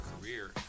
career